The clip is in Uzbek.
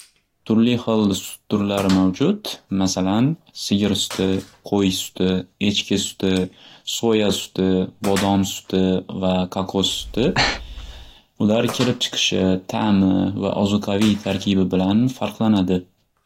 Turli xil sut turlari mavjud masal sigir suti, qo'y suti, echki suti, so'ya suti, bodom suti va kakos suti. Ular kelib chiqishi ta'mi va ozuqaviy tarkibi bilan farqlanadi.